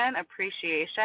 appreciation